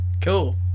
Cool